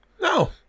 No